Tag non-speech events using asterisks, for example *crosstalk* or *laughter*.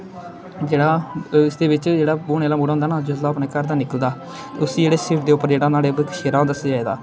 जेह्ड़ा इसदे बिच्च जेह्ड़ा ब्हौने आह्ला मुड़ा होंदा ना जिसलै ओह् अपने घर दा निकलदा ते उस्सी जेह्ड़े सिर दे उप्पर जेह्ड़ा नुआड़े *unintelligible* सेह्रा होंदा सजाए दा